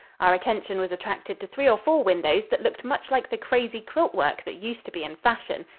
our attention was attracted to three or four windows that looked much like the crazy-quilt work that used to be in fashion.